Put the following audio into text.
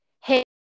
hey